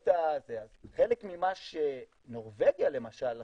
חלק ממה שנורבגיה למשל עשתה,